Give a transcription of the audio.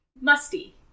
Musty